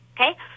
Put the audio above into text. Okay